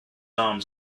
arms